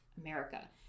America